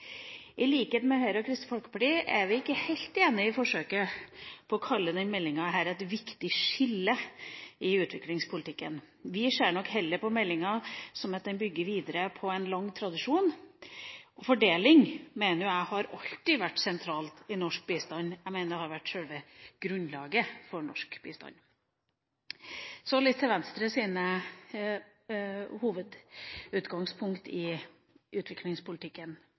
I likhet med Høyre og Kristelig Folkeparti er vi ikke helt enig i forsøket på å kalle denne meldinga «et viktig skille» i utviklingspolitikken. Vi ser nok heller på meldinga slik at den bygger videre på en lang tradisjon. Fordeling, mener jeg, har alltid vært sentralt i norsk bistand – det har jo vært selve grunnlaget for norsk bistand. Så til Venstres hovedutgangspunkt i utviklingspolitikken: